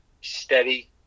steady